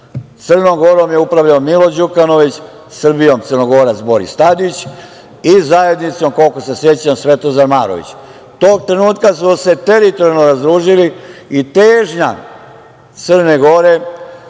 Crnom Gorom je upravljao Milo Đukanović, Srbijom Crnogorac Boris Tadić i Zajednicom, koliko se sećam, Svetozar Marović. Tog trenutka smo se teritorijalno razdružili i težnja Crne Gore,